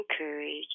encourage